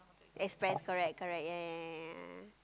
express correct correct ya ya ya ya ya